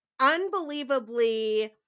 unbelievably